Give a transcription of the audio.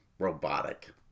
robotic